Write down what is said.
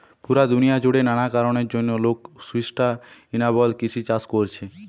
পুরা দুনিয়া জুড়ে নানা কারণের জন্যে লোক সুস্টাইনাবল কৃষি চাষ কোরছে